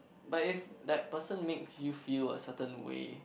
but if that person makes you feel a certain way